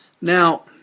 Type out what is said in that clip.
Now